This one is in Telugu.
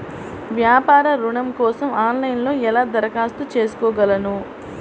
వ్యాపార ఋణం కోసం ఆన్లైన్లో ఎలా దరఖాస్తు చేసుకోగలను?